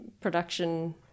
production